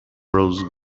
rose